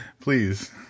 Please